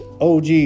OG